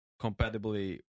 compatibly